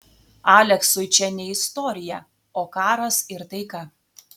aleksui čia ne istorija o karas ir taika